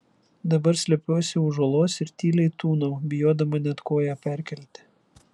dabar slepiuosi už uolos ir tyliai tūnau bijodama net koją perkelti